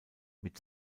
mit